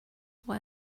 why